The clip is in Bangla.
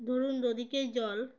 ধরুন দুদিকেই জল